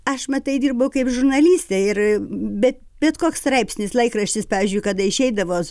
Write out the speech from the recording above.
aš matai dirbau kaip žurnalistė ir bet bet koks straipsnis laikraštis pavyzdžiui kada išeidavo